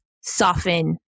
soften